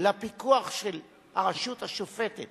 לפיקוח של הרשות השופטת